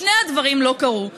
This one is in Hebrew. שני הדברים לא קרו.